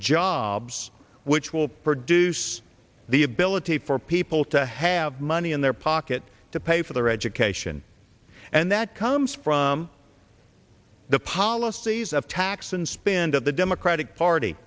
jobs which will produce the ability for people to have money in their pocket to pay for their education and that comes from the policies of tax and spend of the democratic party